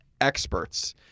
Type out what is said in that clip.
Experts